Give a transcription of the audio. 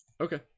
okay